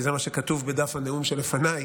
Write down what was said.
כי זה מה שכתוב בדף הנאום שלפניי,